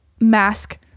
mask